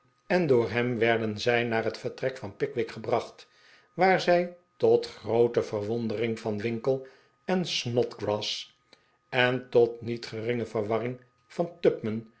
en door hem werden zij naar het vertrek van pickwick gebracht waar zij tot groote vex wondering van winkle en snodgrass en tot niet geringe verwarring van